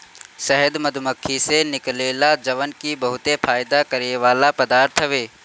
शहद मधुमक्खी से निकलेला जवन की बहुते फायदा करेवाला पदार्थ हवे